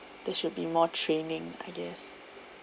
there should be more training I guess